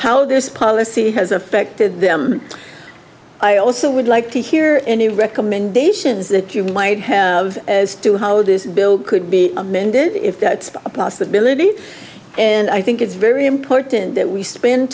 how this policy has affected them i also would like to hear any recommendations that you might have as to how this bill could be amended if that's a possibility and i think it's very important that we spend